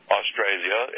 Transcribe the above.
Australia